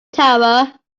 tower